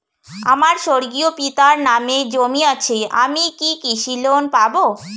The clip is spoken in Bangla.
আমার স্বর্গীয় পিতার নামে জমি আছে আমি কি কৃষি লোন পাব?